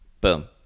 boom